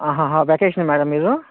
vacation madam మీరు